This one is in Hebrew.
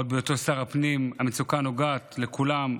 עוד בהיותו שר הפנים, מצוקה שנוגעת לכולם.